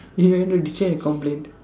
he went to teacher and complain